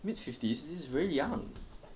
mid fifties this is very young